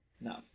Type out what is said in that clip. No